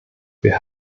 wir